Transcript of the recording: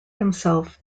himself